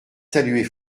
saluer